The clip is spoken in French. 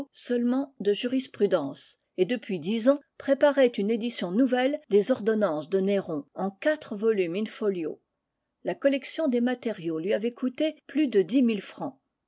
seulement de jurisprudence et depuis dix ans préparait une édition nouvelle des ordonnances de néron en quatre volumes in-folio la collection des matériaux lui avait coûté plus de dix mille francs